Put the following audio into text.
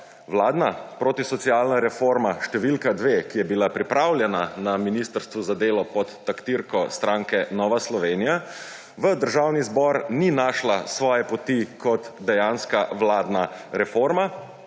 Vladna protisocialna reforma številka dve, ki je bila pripravljena na Ministrstvu za delo pod taktirko stranke Nova Slovenije v Državni zbor ni našla svoje poti kot dejanska vladna reforma,